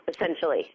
essentially